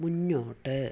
മുന്നോട്ട്